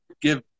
give